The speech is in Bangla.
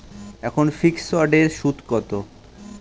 এখন ফিকসড এর সুদ কত?